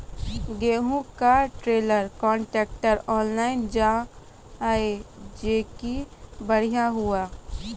गेहूँ का trailer contractor online जाए जैकी बढ़िया हुआ